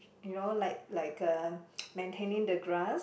you know like like uh maintaining the grass